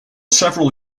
several